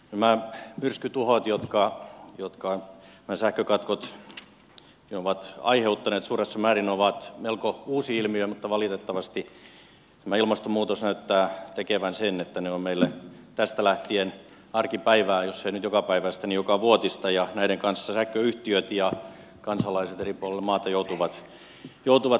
nämä myrskytuhot jotka nämä sähkökatkot ovat aiheuttaneet suuressa määrin ovat melko uusi ilmiö mutta valitettavasti tämä ilmastonmuutos näyttää tekevän sen että ne ovat meille tästä lähtien arkipäivää jos ei nyt jokapäiväistä niin jokavuotista ja näiden kanssa sähköyhtiöt ja kansalaiset eri puolilla maata joutuvat painimaan